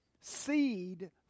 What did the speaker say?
seed